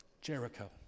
Jericho